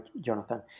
Jonathan